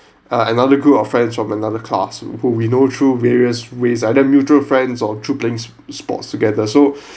ah another group of friends from another class whom we know through various ways either mutual friends or through playing sp~ sports together so